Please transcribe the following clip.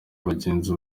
bagenda